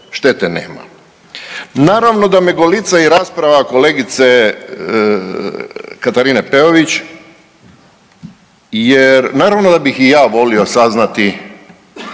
štete nema. Naravno da me golica i rasprava kolegice Katarine Peović jer naravno da bih i ja volio saznati,